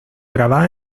grabadas